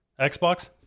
Xbox